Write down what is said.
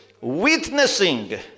witnessing